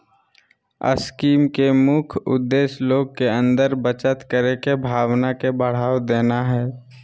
scheme के मुख्य उद्देश्य लोग के अंदर बचत करे के भावना के बढ़ावा देना हइ